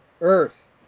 earth